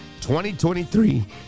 2023